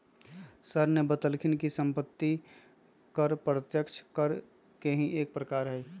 sir ने बतल खिन कि सम्पत्ति कर प्रत्यक्ष कर के ही एक प्रकार हई